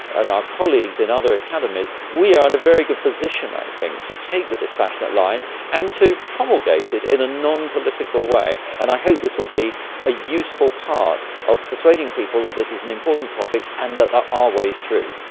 and our colleagues in other academies, we are in a very good position i think to take the dispassionate line and to promulgate it in a non-political way. and i hope this will be a useful part of persuading people that this is an important topic and that there are ways through.